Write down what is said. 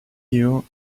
you